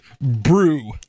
Brew